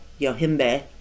yohimbe